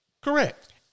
Correct